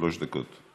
שלוש דקות.